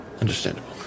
Understandable